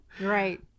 right